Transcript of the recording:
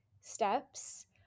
steps